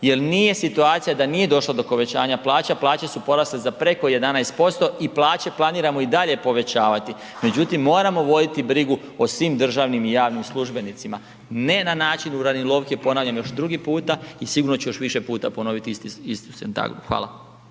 Jel nije situacija da nije došlo do povećanja plaća, plaće su porasle za preko 11% i plaće planiramo i dalje povećavati. Međutim, moramo voditi brigu o svim državnim i javnim službenicima, ne na način uravnilovke, ponavljam još drugi puta i sigurno ću još više puta ponoviti istu sintagmu. Hvala.